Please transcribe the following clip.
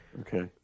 Okay